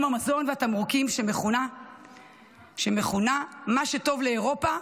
המזון והתמרוקים שמכונה "מה שטוב לאירופה,